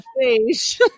face